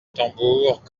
tambour